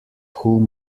whom